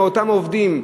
מאותם עובדים,